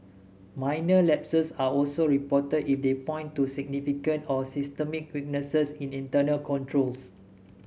minor lapses are also reported if they point to significant or systemic weaknesses in internal controls